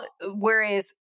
whereas